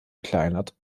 kleinert